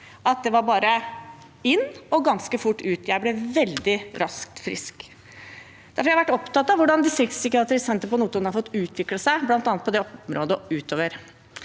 at det bare var inn og ganske så fort ut. Jeg ble veldig raskt frisk. Derfor har jeg vært opptatt av hvordan Distriktspsykiatrisk senter på Notodden har fått utvikle seg bl.a. på det området – og utover.